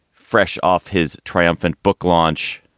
fresh off his triumphant book launch.